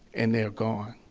and they're gone.